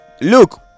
Look